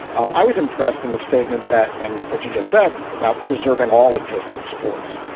um i was impressed in the statement that and what you just said about preserving all existing sports.